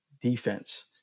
defense